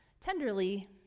tenderly